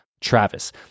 Travis